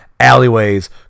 Alleyways